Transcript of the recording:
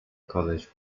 college